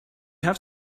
have